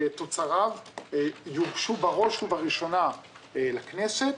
תוצריו יוגשו בראש ובראשונה לכנסת,